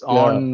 on